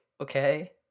okay